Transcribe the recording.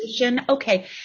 Okay